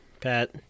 Pat